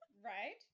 right